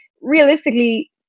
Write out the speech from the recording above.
realistically